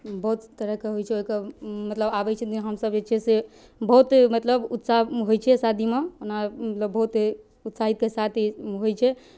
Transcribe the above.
बहुत तरहके होइ छै ओइके आबै छै हमसब जे छै से बहुत मतलब उत्साह होइ छै शादीमे ओना मतलब बहुत उत्साहके साथ होइ छै